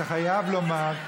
אתה חייב לומר,